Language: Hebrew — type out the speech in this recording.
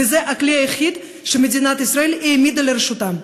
וזה הכלי היחיד שמדינת ישראל העמידה לרשותם.